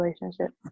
relationship